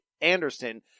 Anderson